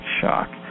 shock